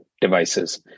devices